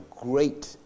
great